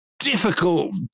Difficult